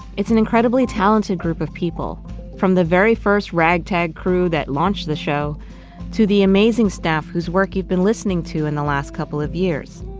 it's an incredibly talented group of people from the very first ragtag crew that launched the show to the amazing staff whose work you've been listening to in the last couple of years.